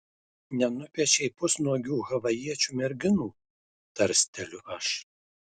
nenupiešei pusnuogių havajiečių merginų tarsteliu aš